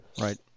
Right